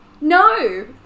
No